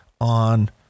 on